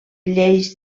lleis